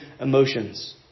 emotions